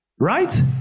Right